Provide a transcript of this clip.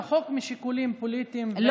רחוק משיקולים פוליטיים והצגות פוליטיות.